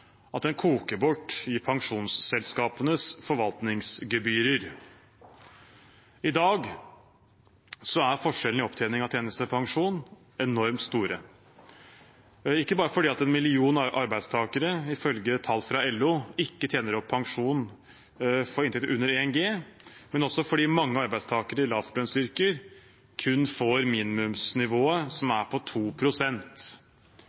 at den koker bort i pensjonsselskapenes forvaltningsgebyrer. I dag er forskjellene i opptjening av tjenestepensjon enormt store. Det er ikke bare fordi én million arbeidstakere ifølge tall fra LO ikke tjener opp pensjon for inntekt under 1 G, men også fordi mange arbeidstakere i lavlønnsyrker kun får minimumsnivået, som